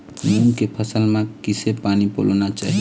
मूंग के फसल म किसे पानी पलोना चाही?